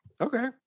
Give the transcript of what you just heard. okay